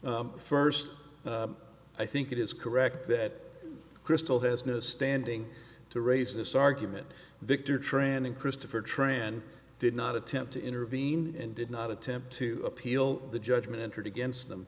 first i think it is correct that crystal has no standing to raise this argument victor tran and christopher tran did not attempt to intervene and did not attempt to appeal the judgment entered against them